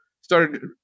started